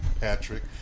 Patrick